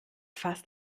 fast